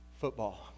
football